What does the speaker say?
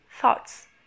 thoughts